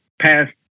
past